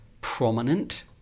prominent